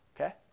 Okay